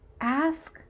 Ask